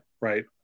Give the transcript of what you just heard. right